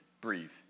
Breathe